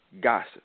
Gossip